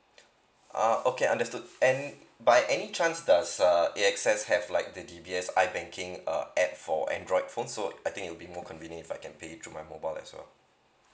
ah okay understood and by any chance does uh AXS have like the D B S I banking uh app for android phone I think will be more convenient if I can pay through my mobile as well